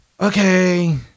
Okay